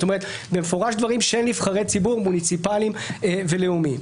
במפורש דברים של נבחרי ציבור מוניציפליים ולאומיים.